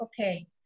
okay